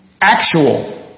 actual